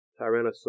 Tyrannosaurus